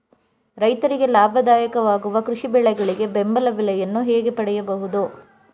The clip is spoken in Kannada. ರೈತರಿಗೆ ಲಾಭದಾಯಕ ವಾಗುವ ಕೃಷಿ ಬೆಳೆಗಳಿಗೆ ಬೆಂಬಲ ಬೆಲೆಯನ್ನು ಹೇಗೆ ಪಡೆಯಬಹುದು?